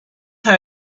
her